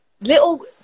little